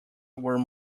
were